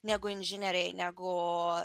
negu inžinieriai negu